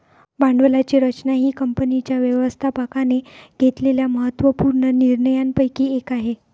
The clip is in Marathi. भांडवलाची रचना ही कंपनीच्या व्यवस्थापकाने घेतलेल्या महत्त्व पूर्ण निर्णयांपैकी एक आहे